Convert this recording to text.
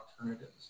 alternatives